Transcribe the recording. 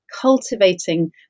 cultivating